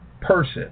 Person